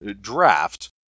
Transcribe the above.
draft